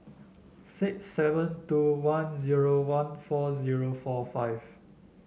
six seven two one zero one four zero four five